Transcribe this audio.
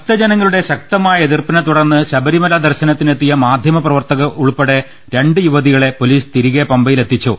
ഭക്തജനങ്ങളുടെ ശക്തമായ എതിർപ്പിനെത്തുടർന്ന് ശബ രിമല ദർശനത്തിനെത്തിയ മാധ്യമ പ്രവർത്തക ഉൾപ്പെടെ രണ്ട് യുവതികളെ പൊലീസ് തിരികെ പമ്പയിലെത്തിച്ചു